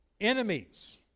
enemies